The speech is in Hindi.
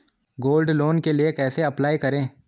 गोल्ड लोंन के लिए कैसे अप्लाई करें?